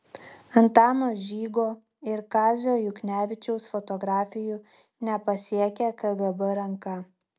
antano žygo ir kazio juknevičiaus fotografijų nepasiekė kgb ranka